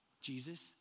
Jesus